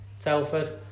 Telford